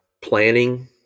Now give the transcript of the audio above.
planning